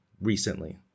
recently